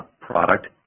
product